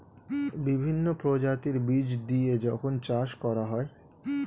বিভিন্ন প্রজাতির বীজ দিয়ে যখন চাষ করা হয়